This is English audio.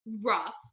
rough